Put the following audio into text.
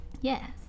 Yes